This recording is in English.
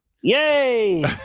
Yay